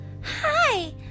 Hi